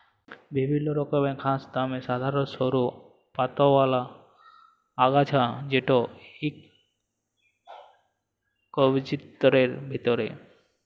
বিভিল্ল্য রকমের ঘাঁস দমে সাধারল সরু পাতাআওলা আগাছা যেট ইকবিজপত্রের ভিতরে